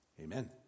Amen